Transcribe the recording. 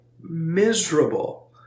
miserable